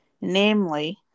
namely